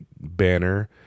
Banner